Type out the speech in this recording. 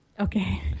okay